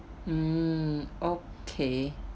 um okay